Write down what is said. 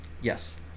Yes